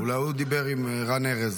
אולי הוא דיבר עם רן ארז?